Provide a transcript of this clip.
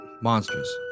Monsters